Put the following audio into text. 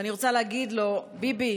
ואני רוצה להגיד לו: ביבי,